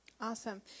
awesome